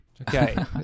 Okay